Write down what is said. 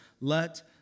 let